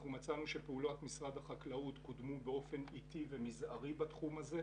אנחנו מצאנו שפעולות משרד החקלאות קודמו באופן איטי ומזערי בתחום הזה.